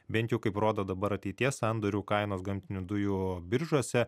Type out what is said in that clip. bent jau kaip rodo dabar ateities sandorių kainos gamtinių dujų biržose